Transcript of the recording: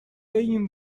این